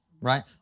right